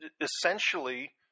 essentially